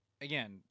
again